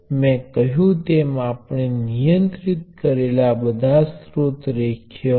તેથી હું તેમાંથી પસાર થઈશ નહીં આ ખરેખર રેખીય છે